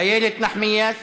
איילת נחמיאס